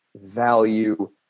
value